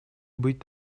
быть